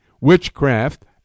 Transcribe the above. witchcraft